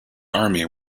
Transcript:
army